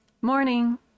morning